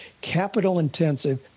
capital-intensive